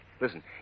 Listen